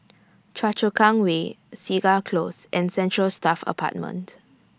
Choa Chu Kang Way Segar Close and Central Staff Apartment